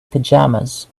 pajamas